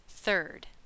Third